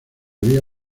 había